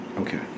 Okay